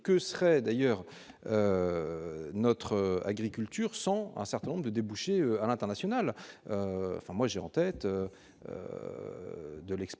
que serait d'ailleurs notre agriculture sans un certain nombre de débouchés à l'international, enfin moi j'ai en tête de l'export